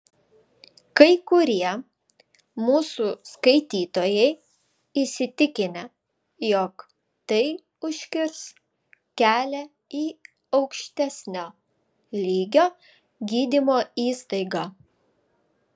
kai kurie mūsų skaitytojai įsitikinę jog tai užkirs kelią į aukštesnio lygio gydymo įstaigą